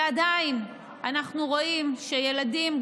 ועדיין אנחנו רואים שילדים,